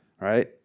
right